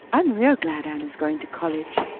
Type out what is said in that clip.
i'm real glad anne is going to college,